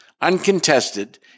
uncontested